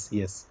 yes